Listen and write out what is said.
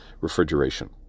refrigeration